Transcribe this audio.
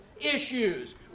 issues